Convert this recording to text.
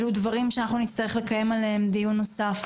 אלו דברים שאנחנו נצטרך לקיים עליהם דיון נוסף.